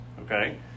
okay